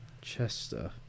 Chester